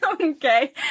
Okay